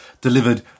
delivered